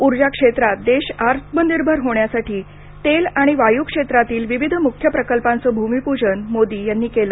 ऊर्जा क्षेत्रात देश आत्मनिर्भर होण्यासाठी तेल आणि वायू क्षेत्रातील विविध मुख्य प्रकल्पांचं भूमीपूजन मोदी यांनी केलं